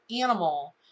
animal